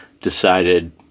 decided